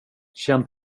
känn